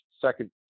second